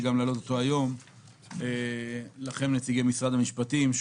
להעלות אותו גם היום בפני נציגי משרד המשפטים,